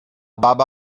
baba